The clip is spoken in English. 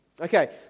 Okay